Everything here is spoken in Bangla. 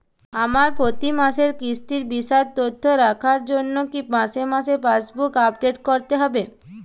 আমার প্রতি মাসের কিস্তির বিশদ তথ্য রাখার জন্য কি মাসে মাসে পাসবুক আপডেট করতে হবে?